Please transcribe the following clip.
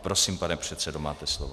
Prosím, pane předsedo, máte slovo.